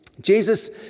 Jesus